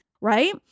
right